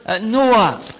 Noah